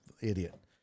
idiot